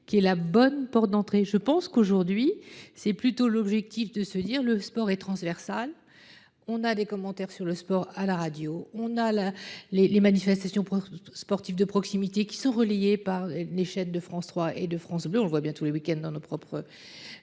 qui est la bonne porte d'entrée. Je pense qu'aujourd'hui c'est plutôt l'objectif de se dire le. Sport et transversale. On a des commentaires sur le sport à la radio, on a la les les manifestations. Sportives de proximité qui sont reliés par les chaînes de France 3 et de France Bleu. On le voit bien tout le week-end dans nos propres.